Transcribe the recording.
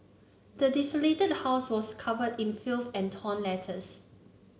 the desolated house was covered in filth and torn letters